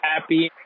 happy